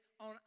on